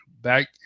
back